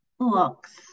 looks